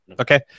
okay